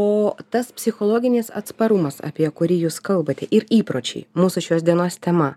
o tas psichologinis atsparumas apie kurį jūs kalbate ir įpročiai mūsų šios dienos tema